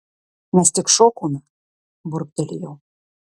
mes tik šokome burbtelėjau